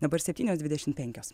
dabar septynios dvidešim penkios